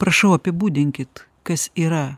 prašau apibūdinkit kas yra